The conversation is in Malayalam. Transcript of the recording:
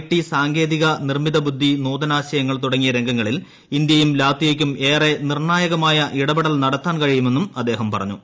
ടി സാങ്കേതികം നിർമ്മിത ബുദ്ധി നൂതനാശയങ്ങൾ തുടങ്ങിയ രംഗങ്ങളിൽ ഇന്ത്യയ്ക്കും ലാത്വിയയ്ക്കും ഏറെ നിർണ്ണായകമായ ഇടപെടൽ നടത്താൻ കഴിയുമെന്നും അദ്ദേഹം പറഞ്ഞു